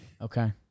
Okay